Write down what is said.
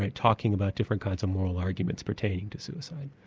talking about different kinds of moral arguments pertaining to suicide.